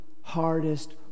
hardest